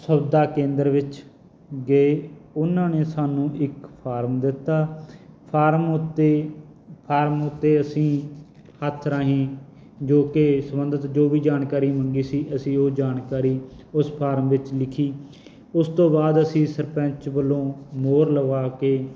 ਸੁਵਿਧਾ ਕੇਂਦਰ ਵਿੱਚ ਗਏ ਉਹਨਾਂ ਨੇ ਸਾਨੂੰ ਇੱਕ ਫਾਰਮ ਦਿੱਤਾ ਫਾਰਮ ਉੱਤੇ ਫਾਰਮ ਉੱਤੇ ਅਸੀਂ ਹੱਥ ਰਾਹੀਂ ਜੋ ਕਿ ਸੰਬੰਧਿਤ ਜੋ ਵੀ ਜਾਣਕਾਰੀ ਮੰਗੀ ਸੀ ਅਸੀਂ ਉਹ ਜਾਣਕਾਰੀ ਉਸ ਫਾਰਮ ਵਿੱਚ ਲਿਖੀ ਉਸ ਤੋਂ ਬਾਅਦ ਅਸੀਂ ਸਰਪੰਚ ਵੱਲੋਂ ਮੋਹਰ ਲਗਵਾ ਕੇ